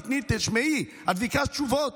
תשמעי, את ביקשת תשובות?